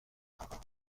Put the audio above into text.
خواهم